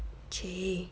!chey!